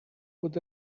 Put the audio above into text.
would